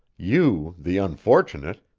you, the unfortunate,